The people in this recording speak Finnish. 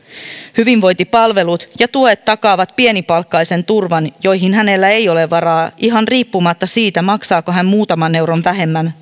hyvinvointipalvelut ja tuet takaavat pienipalkkaisen turvan joihin hänellä ei ole varaa ihan riippumatta siitä maksaako hän muutaman euron vähemmän